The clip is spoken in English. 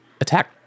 attack